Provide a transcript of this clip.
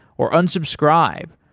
or unsubscribe,